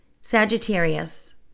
Sagittarius